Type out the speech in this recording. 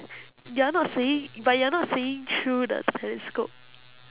you are not seeing but you are not seeing through the telescope